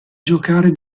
giocare